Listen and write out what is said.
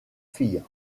filles